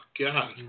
God